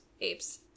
apes